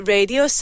Radio